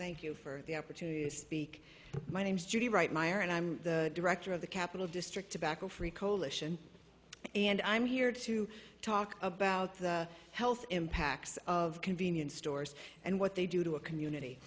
thank you for the opportunity to speak my name is judy wright meyer and i'm the director of the capital district to back a free coalition and i'm here to talk about the health impacts of convenience stores and what they do to a community